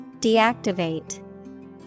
Deactivate